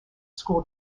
school